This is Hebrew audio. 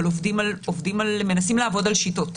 אבל מנסים לעבוד על שיטות.